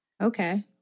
Okay